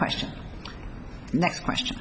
question next question